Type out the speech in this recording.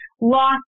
lost